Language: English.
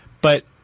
But-